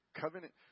covenant